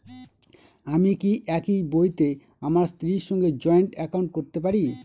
আমি কি একই বইতে আমার স্ত্রীর সঙ্গে জয়েন্ট একাউন্ট করতে পারি?